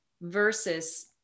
versus